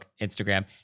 Instagram